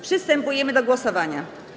Przystępujemy do głosowania.